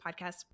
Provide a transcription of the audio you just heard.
podcast